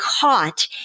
caught